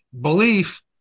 belief